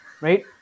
right